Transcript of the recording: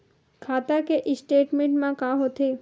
खाता के स्टेटमेंट का होथे?